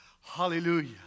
Hallelujah